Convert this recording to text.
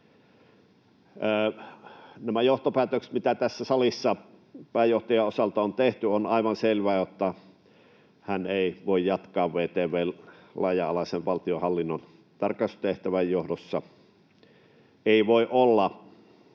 Nämä johtopäätökset, mitä tässä salissa pääjohtajan osalta on tehty: on aivan selvää, että hän ei voi jatkaa. VTV:n laaja-alaisen valtionhallinnon tarkastustehtävän johdossa ei voi olla